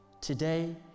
today